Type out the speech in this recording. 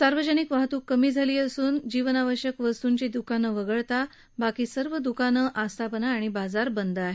सार्वजनिक वाहतूक कमी झाली असून जीवनाश्यक वस्तूंची दुकानं वगळता बाकी सर्व दूकानं आस्थापना आणि बाजार बंद आहेत